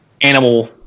animal